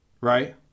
Right